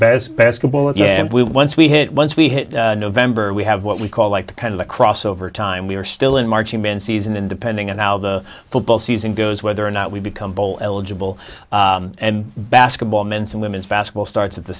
best basketball with once we hit once we hit november we have what we call like the kind of the crossover time we are still in marching band season and depending on how the football season goes whether or not we become bowl eligible basketball men's and women's basketball starts at the